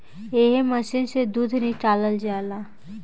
एह मशीन से दूध निकालल जाला